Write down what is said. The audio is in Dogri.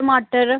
टमाटर